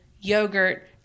yogurt